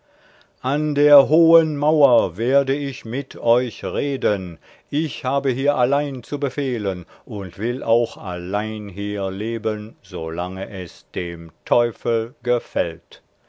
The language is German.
an der hohen mauer werde ich mit euch reden ich habe hier allein zu befehlen und will auch allein hier leben so lange es dem teufel gefällt